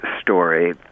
story